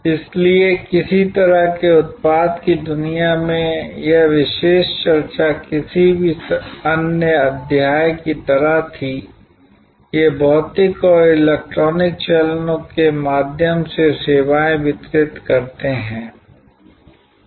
इसलिए किसी तरह से उत्पाद की दुनिया में यह विशेष चर्चा किसी भी अन्य अध्याय की तरह थी ये भौतिक और इलेक्ट्रॉनिक चैनलों के माध्यम से सेवाएं वितरित करते थे